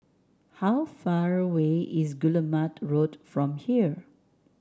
how far away is Guillemard Road from here